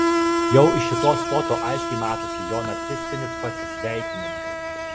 jau iš šitos foto aiškiai matosi jo nacistinis pasisveikinimas